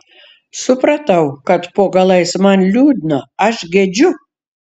supratau kad po galais man liūdna aš gedžiu